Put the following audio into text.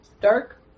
dark